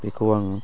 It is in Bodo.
बेखौ आङो